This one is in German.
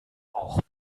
auch